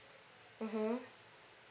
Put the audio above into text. mmhmm